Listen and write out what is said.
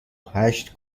هشت